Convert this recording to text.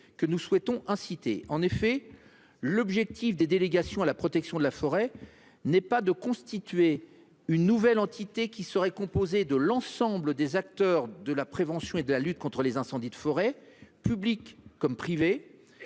que nous souhaitons voir mis en place. En effet, l'objectif des délégations à la protection de la forêt est non pas de constituer une nouvelle entité qui serait composée de l'ensemble des acteurs de la prévention et de la lutte contre les incendies de forêt, publics comme privés,